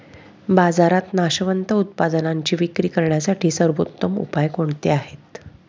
बाजारात नाशवंत उत्पादनांची विक्री करण्यासाठी सर्वोत्तम उपाय कोणते आहेत?